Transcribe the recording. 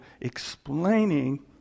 explaining